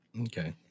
Okay